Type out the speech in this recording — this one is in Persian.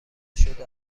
شده